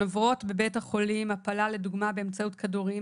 עוברות בבית החולים הפלה - לדוגמא באמצעות כדורים,